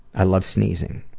i love sneezing.